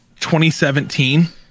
2017